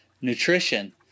nutrition